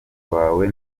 wawe